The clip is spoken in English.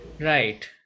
Right